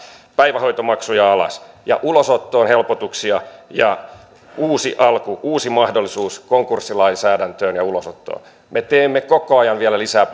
päivähoitomaksuja alas ulosottoon helpotuksia ja uusi alku uusi mahdollisuus konkurssilainsäädäntöön ja ulosottoon me teemme koko ajan vielä lisää